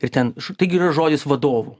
ir ten taigi yra žodis vadovų